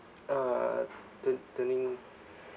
uh turn turning